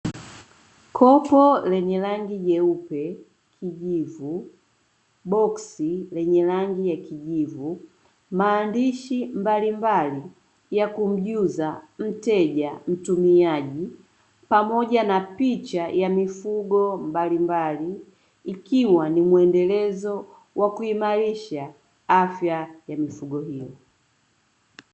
Kopo lenye rangi nyeupe kijivu, boksi lenye rangi ya kijivu, maandishi mbalimbali ya kumjuza mteja; mtumiaji pamoja na picha ya mifugo mbalimbali ikiwa ni muendelezo wa kuimarisha afya ya mifugo hiyo.